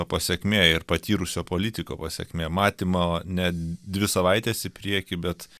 pasekmė ir patyrusio politiko pasekmė matymo ne dvi savaites į priekį bet